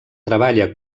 treballa